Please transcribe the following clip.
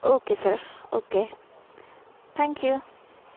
okay sir okay thank you